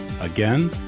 Again